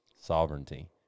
sovereignty